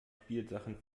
spielsachen